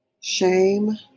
shame